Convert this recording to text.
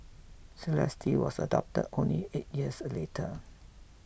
Celeste was adopted only eight years later